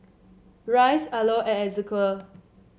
Rice Arlo Ezequiel